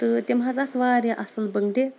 تہٕ تِم حظ آسہٕ واریاہ اَصٕل بٔنٛگرِ